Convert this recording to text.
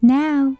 now